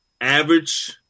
average